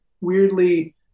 Weirdly